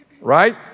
Right